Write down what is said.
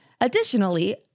Additionally